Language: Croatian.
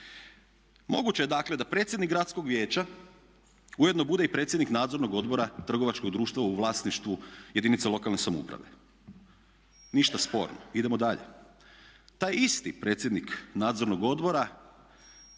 Moguće je dakle, da predsjednik gradskog vijeća ujedno bude i predsjednik Nadzornog odbora trgovačkog društva u vlasništvu jedinica lokalne samouprave, ništa sporno, idemo dalje. Taj isti predsjednik nadzornog odbora